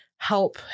help